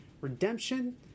Redemption